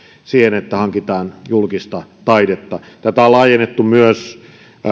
että hankitaan julkista taidetta tätä on laajennettu myös